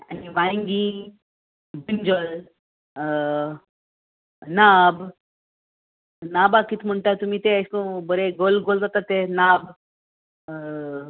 आनी वांयगी ब्रिंजॉल नाबाक कित म्हुणटा तुमी तें बरे गोल गोल जाता ते नाब